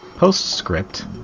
Postscript